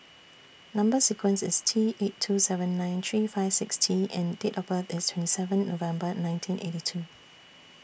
Number sequence IS T eight two seven nine three five six T and Date of birth IS twenty seven November nineteen eighty two